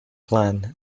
plan